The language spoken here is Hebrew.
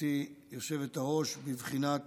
גברתי היושבת-ראש, בבחינת